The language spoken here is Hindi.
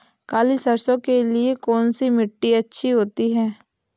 काली सरसो के लिए कौन सी मिट्टी अच्छी होती है?